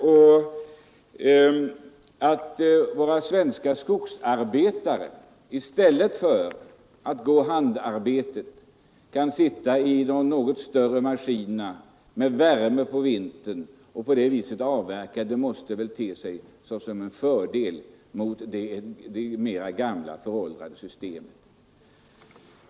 Och att våra svenska skogsarbetare i stället för att gå i handarbete kan sitta i stora avverkningsmaskiner, med värme på vintern, måste väl te sig såsom en fördel gentemot det gamla, föråldrade systemet.